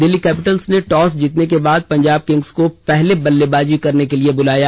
Delhi capitals ने toss जीतने के बाद पंजाब किंग्स को पहले बल्लेबाजी करने के लिए बुलाया